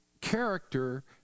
character